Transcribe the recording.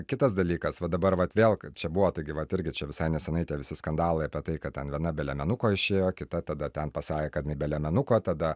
kitas dalykas va dabar vat vėl kad čia buvo taigi vat irgi čia visai neseniai tie visi skandalai apie tai kad ten viena be liemenuko išėjo kita tada ten pasakė kad jinai be liemenuko tada